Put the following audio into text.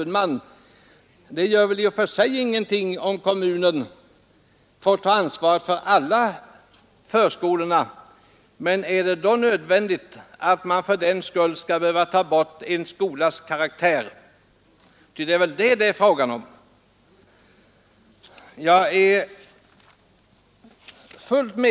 Det gör väl i och för sig ingenting om kommunen får ta ansvaret för alla förskolorna, men är det nödvändigt att fördenskull ta bort en skolas karaktär?